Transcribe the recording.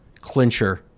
clincher